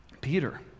Peter